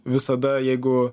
visada jeigu